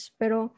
pero